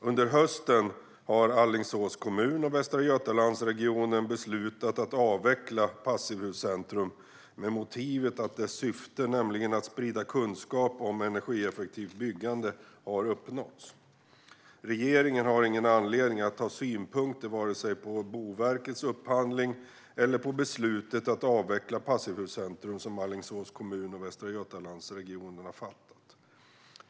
Under hösten har Alingsås kommun och Västra Götalandsregionen beslutat att avveckla Passivhuscentrum med motivet att dess syfte, nämligen att sprida kunskap om energieffektivt byggande, har uppnåtts. Regeringen har ingen anledning att ha synpunkter vare sig på Boverkets upphandling eller på beslutet att avveckla Passivhuscentrum som Alingsås kommun och Västra Götalandsregionen har fattat.